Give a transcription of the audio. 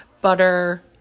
butter